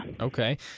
Okay